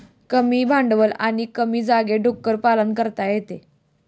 कमी भांडवल आणि कमी जागेत डुक्कर पालन करता येते